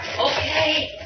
Okay